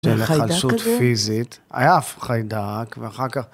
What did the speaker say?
היחלשות פיזית, היה חיידק, ואחר כך...